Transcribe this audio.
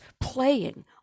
playing